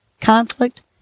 conflict